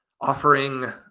offering